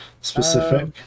specific